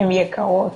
הן יקרות.